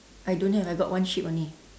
I don't have I got one sheep only